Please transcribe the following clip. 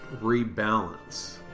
rebalance